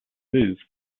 move